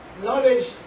knowledge